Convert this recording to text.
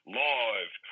live